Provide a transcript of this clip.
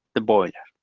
the boiler.